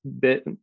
bit